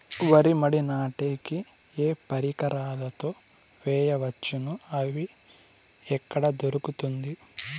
వరి మడి నాటే కి ఏ పరికరాలు తో వేయవచ్చును అవి ఎక్కడ దొరుకుతుంది?